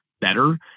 better